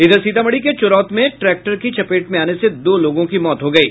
इधर सीतामढ़ी के चोरौत में ट्रैक्टर की चपेट में आने से दो लोगों की मौत हो गयी